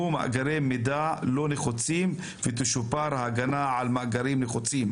מאגרי מידע לא נחוצים ותשופר ההגנה על מאגרים נחוצים.